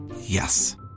Yes